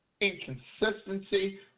inconsistency